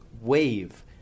wave